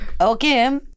Okay